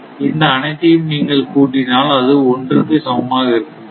இந்த அனைத்தையும் நீங்கள் கூட்டினால் அது ஒன்றுக்கு சமமாக இருக்கும்0